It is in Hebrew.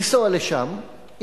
לנסוע לשם,